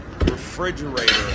refrigerator